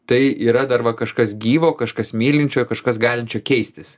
tai yra dar va kažkas gyvo kažkas mylinčiojo kažkas galinčio keistis